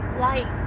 light